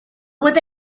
with